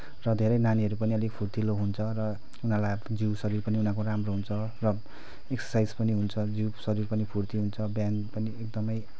र धेरै नानीहरू पनि अलि फुर्तिलो हुन्छ र उनीहरूलाई आफ्नो जिउ शरीर पनि उनीहरूको राम्रो हुन्छ र एक्ससाइज पनि हुन्छ जिउ शरीर पनि फुर्ति हुन्छ बिहान पनि एकदमै